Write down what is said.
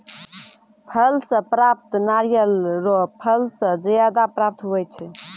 फल से प्राप्त नारियल रो फल से ज्यादा प्राप्त हुवै छै